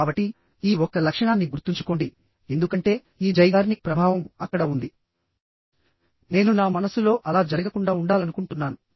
కాబట్టి ఈ ఒక్క లక్షణాన్ని గుర్తుంచుకోండి ఎందుకంటే ఈ జైగార్నిక్ ప్రభావం అక్కడ ఉంది నేను నా మనస్సులో అలా జరగకుండా ఉండాలనుకుంటున్నాను